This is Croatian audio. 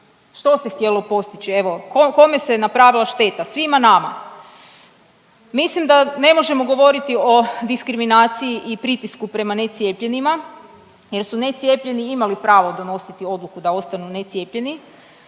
Što se htjelo postići evo? Kome se napravila šteta? Svima nama. Mislim da ne možemo govoriti o diskriminaciji i pritisku prema necijepljenima, jer su necijepljeni imali pravo donositi odluku da ostanu necijepljeni.